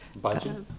Budget